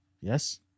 Yes